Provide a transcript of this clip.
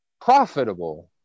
profitable